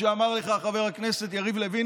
תכנס את הישיבה עכשיו,